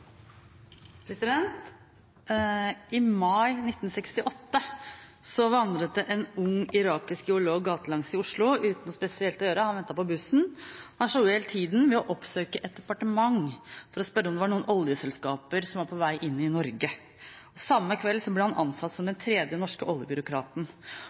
minutter. I mai 1968 vandret det en ung irakisk geolog gatelangs i Oslo uten noe spesielt å gjøre. Han ventet på bussen og slo i hjel tida med å oppsøke et departement for å spørre om det var noen oljeselskaper som var på vei inn i Norge. Samme kveld ble han ansatt som